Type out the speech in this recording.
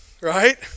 right